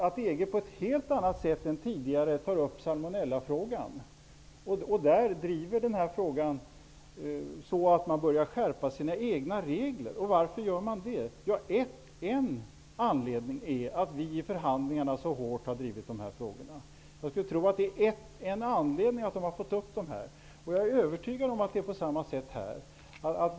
EG tar på ett helt annat sätt än tidigare upp salmonellafrågan och börjar skärpa sina egna regler. Varför gör man det? En anledning är att Sverige i förhandlingarna så hårt har drivit dessa frågor. Jag skulle tro att det är en anledning till att EG har tagit upp frågorna. Jag är övertygad om att det är på samma sätt vad gäller miljöfrågorna.